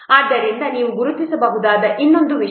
ಆದ್ದರಿಂದ ನೀವು ಗುರುತಿಸಬಹುದಾದ ಇನ್ನೊಂದು ವಿಷಯ